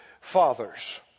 fathers